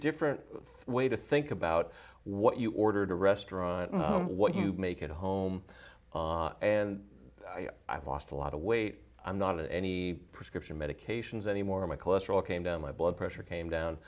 different way to think about what you ordered a restaurant and what you make it home and i've lost a lot of weight i'm not in any prescription medications anymore my cholesterol came down my blood pressure came down